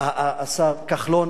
גם השר כחלון.